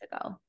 ago